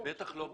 בטח לא בתמ"א.